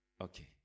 Okay